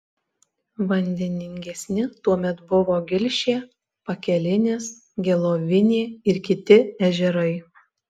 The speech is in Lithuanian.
vandeningesni tuomet buvo gilšė pakelinis gelovinė ir kiti ežerai